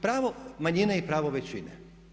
Pravo manjine i pravo većine.